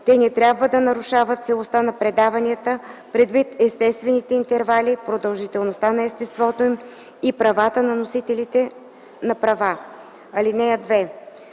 те не трябва да нарушават целостта на предаванията предвид естествените интервали, продължителността и естеството им и правата на носителите на права. (2)